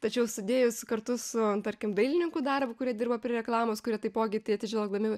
tačiau sudėjus kartu su tarkim dailininkų darbu kurie dirba prie reklamos kurie taipogi į tai atsižvelgdami